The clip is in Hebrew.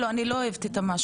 אני לא אוהבת את המשהו.